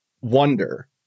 wonder